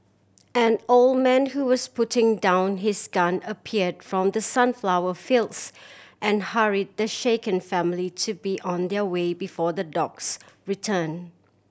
an old man who was putting down his gun appeared from the sunflower fields and hurry the shaken family to be on their way before the dogs return